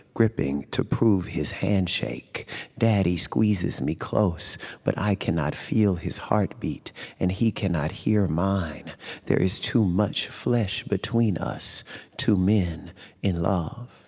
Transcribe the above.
gripping to prove his handshake daddy squeezes me close but i cannot feel his heartbeat and he cannot hear mine there is too much flesh between us two men in love.